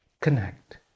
Connect